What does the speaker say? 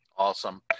Awesome